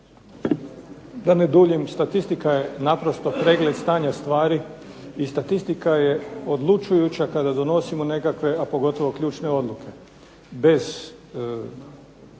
DA ne duljim statistika ja naprosto pregled stanja stvari i statistika je odlučujuća kada donosimo neke, a pogotovo ključne odluke